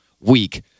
week